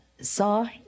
saw